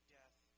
death